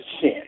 sin